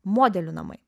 modelių namai